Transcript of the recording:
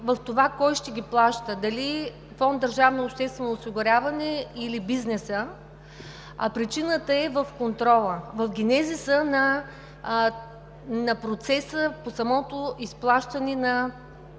в това кой ще ги плаща – фонд „Държавно обществено осигуряване“ или бизнесът, а причината е в контрола, в генезиса на процеса по самото изплащане на